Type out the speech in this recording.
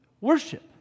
worship